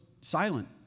silent